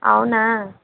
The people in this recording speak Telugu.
అవునా